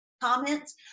comments